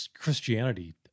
Christianity